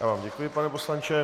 Já vám děkuji, pane poslanče.